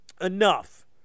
enough